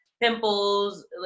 pimples